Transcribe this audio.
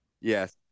Yes